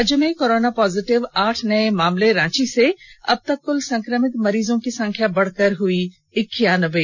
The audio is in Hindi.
राज्य में कोरोना पॉजिटिव आठ नये मामले रांची से अब तक कुल संकमित मरीजों की संख्या बढ़कर हुई इक्यानबे